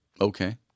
Okay